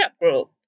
group